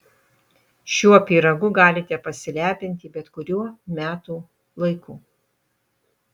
šiuo pyragu galite pasilepinti bet kuriuo metų laiku